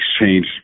exchange